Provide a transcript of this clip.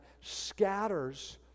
scatters